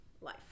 life